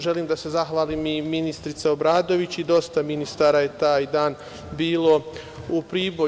Želim da se zahvalim i ministarki Obradović i dosta ministara je taj dan bilo u Priboju.